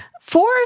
Four